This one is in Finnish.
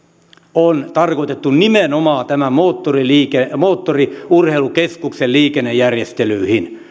on tarkoitettu nimenomaan tämän moottoriurheilukeskuksen liikennejärjestelyihin